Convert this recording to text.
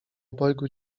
obojgu